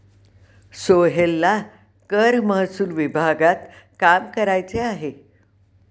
सोहेलला कर महसूल विभागात काम करायचे आहे